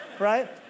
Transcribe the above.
Right